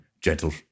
gentle